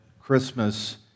Christmas